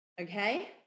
okay